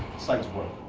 sites work.